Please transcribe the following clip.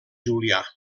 julià